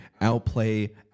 outplay